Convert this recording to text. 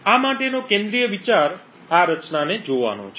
આ માટેનો કેન્દ્રિય વિચાર આ રચનાને જોવાનો છે